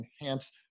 enhance